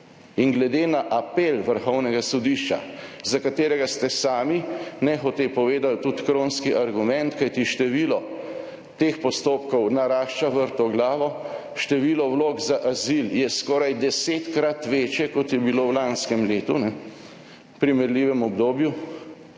In glede na apel Vrhovnega sodišča, za katerega ste sami nehote povedali tudi kronski argument – kajti število teh postopkov narašča vrtoglavo, število vlog za azil je skoraj desetkrat večje kot je bilo v lanskem letu v primerljivem obdobju,